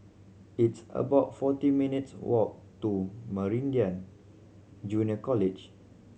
it's about forty minutes' walk to Meridian Junior College